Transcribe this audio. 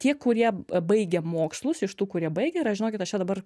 tie kurie baigia mokslus iš tų kurie baigia ir aš žinokit aš čia dabar